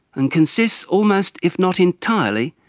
and consists almost, if not entirely,